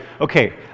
Okay